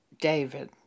David